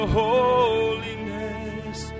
holiness